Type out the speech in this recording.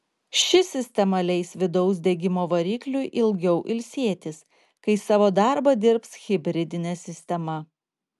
ši sistema leis vidaus degimo varikliui ilgiau ilsėtis kai savo darbą dirbs hibridinė sistema